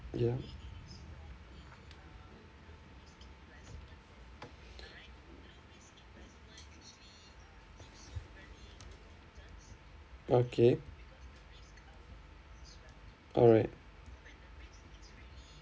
ya okay alright